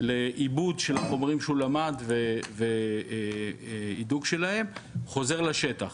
לעוד פרק לעיבוד של החומרים שהוא למד והידוק שלהם וחוזר לשטח.